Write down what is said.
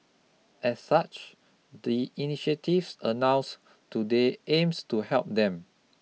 as such the initiatives announced today aims to help them